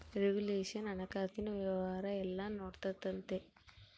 regulation ಹಣಕಾಸಿನ ವ್ಯವಹಾರ ಎಲ್ಲ ನೊಡ್ಕೆಂತತೆ